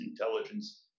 intelligence